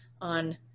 on